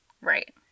Right